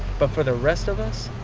but for the rest of us,